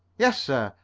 yes, sir.